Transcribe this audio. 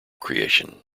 creation